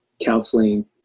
counseling